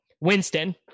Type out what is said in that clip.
Winston